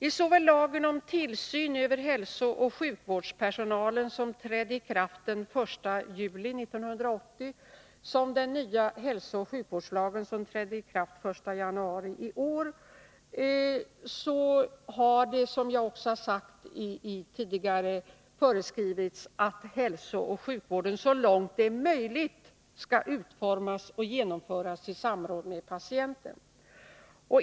I såväl lagen om tillsyn över hälsooch sjukvårdspersonalen — som trädde i kraft den 1 juli 1980 — som i den i den nya hälsooch sjukvårdslagen, vilken trädde i kraft den 1 januari i år, har det, som jag också har sagt tidigare, föreskrivits att hälsooch sjukvården så långt det är möjligt skall utformas och genomföras i samråd med patienten.